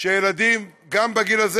שגם ילדים גם בגיל הזה,